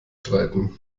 streiten